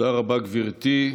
תודה רבה, גברתי.